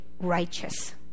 righteous